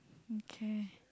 okay